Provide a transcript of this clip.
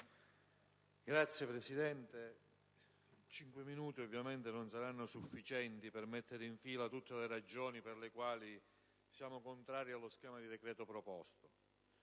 Signor Presidente, cinque minuti non saranno sufficienti per mettere in fila tutte le ragioni per le quali siamo contrari allo schema di decreto